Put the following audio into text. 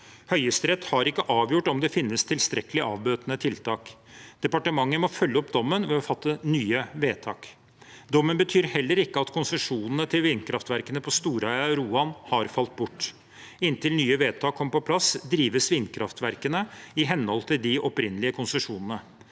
Høyesterett har ikke avgjort om det finnes tilstrekkelige avbøtende tiltak. Departementet må følge opp dommen ved å fatte nye vedtak. Dommen betyr heller ikke at konsesjonene til vindkraftverkene på Storheia og Roan har falt bort. Inntil nye vedtak kommer på plass, drives vindkraftverkene i hen